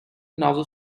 novel